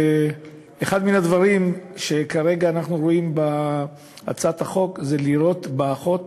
אחד מן הדברים שכרגע אנחנו רואים בהצעת החוק זה לראות באחות